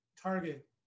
target